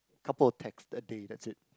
couple of text a day that's it